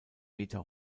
meter